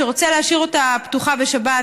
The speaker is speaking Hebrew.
שרוצה להשאיר אותה פתוחה בשבת,